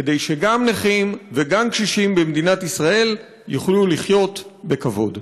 כדי שגם נכים וגם קשישים במדינת ישראל יוכלו לחיות בכבוד.